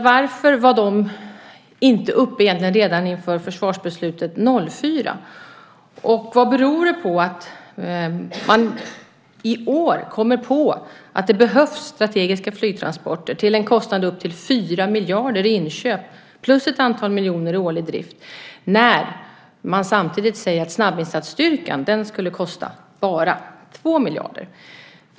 Varför var de inte uppe redan inför försvarsbeslutet 2004? Vad beror det på att man i år kommer på att det behövs strategiska flygtransporter till en kostnad av upp till 4 miljarder i inköp och ett antal miljoner i årlig drift? Samtidigt säger man att snabbinsatsstyrkan ska kosta "bara" 2 miljarder.